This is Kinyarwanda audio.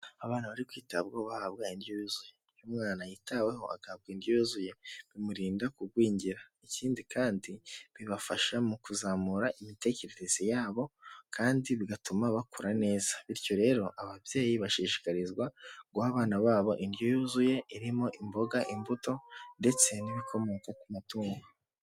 Abana bari kwitabwaho bahabwa indyo yuzuye y'umwana yitaweho agahabwa indyo yuzuye bimurinda kugwingira, ikindi kandi bibafasha mu kuzamura imitekerereze yabo kandi bigatuma bakura neza bityo rero ababyeyi bashishikarizwa guha abana babo indyo yuzuye irimo imboga, imbuto, ndetse n'ibikomoka ku matungo.